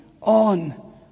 on